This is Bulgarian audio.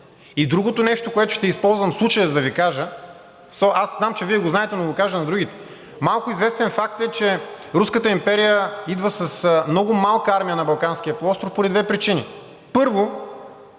Другото нещо, което ще използвам случая, за да Ви кажа, аз знам, че Вие го знаете, но да го кажа на другите. Малко известен факт е, че Руската империя идва с много малка армия на Балканския полуостров поради две причини. Първо,